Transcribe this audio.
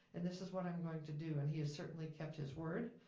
and this is what i'm going to do. and he has certainly kept his word.